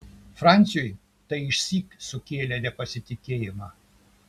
franciui tai išsyk sukėlė nepasitikėjimą